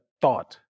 thought